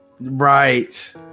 Right